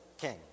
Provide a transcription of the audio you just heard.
king